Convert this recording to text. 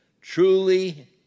Truly